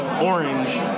orange